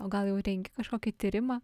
o gal jau rengi kažkokį tyrimą